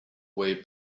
way